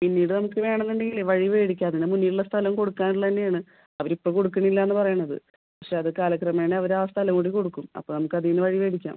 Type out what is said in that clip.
പിന്നീട് നമുക്ക് വേണമെന്നുണ്ടെങ്കിൽ വഴി വേടിക്കാം അതിന് മുന്നിലുള്ള സ്ഥലം കൊടുക്കാനുള്ളത് തന്നെയാണ് അവരിപ്പോൾ കൊടുക്കുന്നില്ലെന്നാണ് പറയുന്നത് പക്ഷെ അത് കാലക്രമേണ അവരാ സ്ഥലം കൂടി കൊടുക്കും അപ്പോൾ നമുക്കതിൽനിന്ന് വഴി വേടിക്കാം